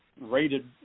rated